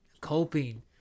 Coping